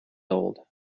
old